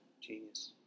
Genius